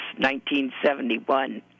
1971